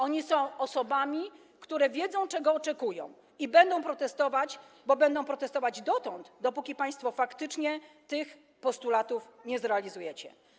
Oni są osobami, które wiedzą, czego oczekują, i będą protestować, będą protestować dotąd, dokąd państwo faktycznie tych postulatów nie zrealizujecie.